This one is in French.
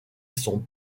sont